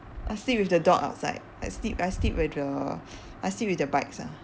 I sleep with the dog outside I sleep I sleep with the I sleep with the bikes ah